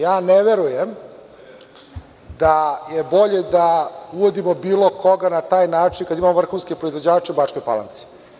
Ja ne verujem da je bolje da uvodimo bilo koga na taj način kad imamo vrhunske proizvođače u Bačkoj Palanci.